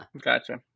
Gotcha